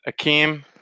Akeem